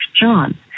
john